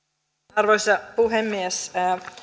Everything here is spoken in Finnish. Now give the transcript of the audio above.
arvoisa puhemies